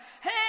Hey